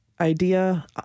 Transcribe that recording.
idea